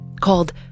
Called